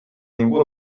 ningú